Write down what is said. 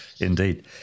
Indeed